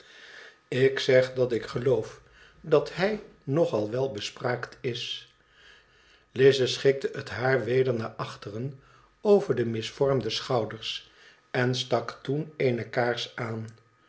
lik zeg dat ik geloof dat hij nog al welbespraakt is lize schikte het haar weder naar achteren over de misvormde schouders en stak toen eene kaars aan